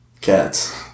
Cats